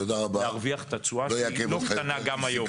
להרוויח את התשואה שהיא לא קטנה גם היום.